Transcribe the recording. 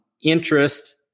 Interest